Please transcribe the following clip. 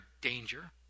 danger